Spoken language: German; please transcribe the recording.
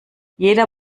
jeder